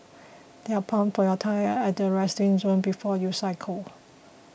there are pumps for your tyres at the resting zone before you cycle